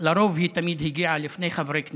לרוב היא תמיד הגיעה לפני חברי הכנסת,